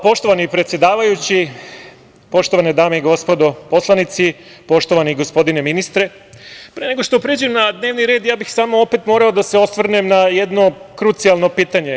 Poštovani predsedavajući, poštovane dame i gospodo poslanici, poštovani gospodine ministre, pre nego što pređem na dnevni red, ja bih samo opet morao da se osvrnem na jedno krucijalno pitanje.